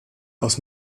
aus